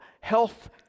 health